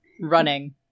running